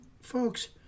folks